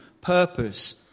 purpose